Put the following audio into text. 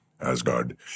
Asgard